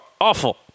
awful